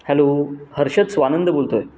hello Harshad Swanand बोलतो आहे